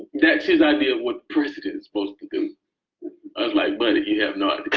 that's his idea of what the president is supposed to do. i was like, buddy, you have no